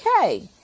Okay